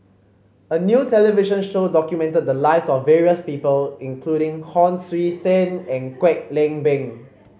a new television show documented the lives of various people including Hon Sui Sen and Kwek Leng Beng